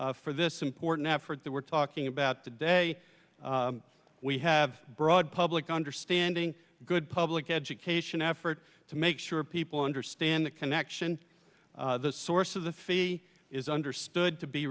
experience for this important effort that we're talking about today we have broad public understanding good public education effort to make sure people understand the connection the source of the fee is understood to be